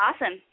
Awesome